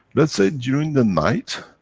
let's say during the night,